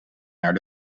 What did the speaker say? naar